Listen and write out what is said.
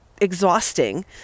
exhausting